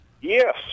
Yes